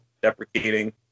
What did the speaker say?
deprecating